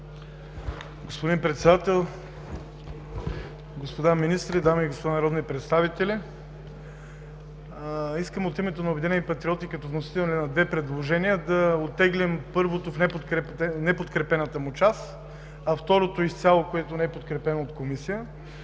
Господин Председател, господа министри, дами и господа народни представители! Искам от името на „Обединени патриоти“ като вносители на две предложения да оттеглим първото в неподкрепената му част, а второто изцяло, което не е подкрепено от Комисия,